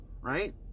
right